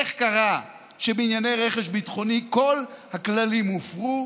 איך קרה שבענייני רכש ביטחוני כל הכללים הופרו,